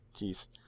Jeez